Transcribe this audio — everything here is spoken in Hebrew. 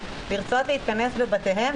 לרצות להתכנס בבתיהם,